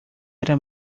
era